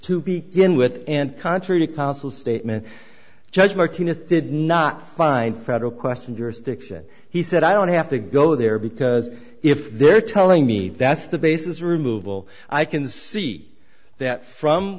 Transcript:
to be in with and contradict consul statement judge martinez did not find federal question jurisdiction he said i don't have to go there because if they're telling me that's the basis removal i can see that from